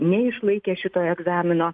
neišlaikė šito egzamino